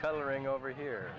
coloring over here